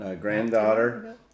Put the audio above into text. granddaughter